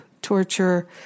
Torture